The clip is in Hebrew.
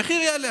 המחיר יעלה.